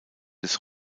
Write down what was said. des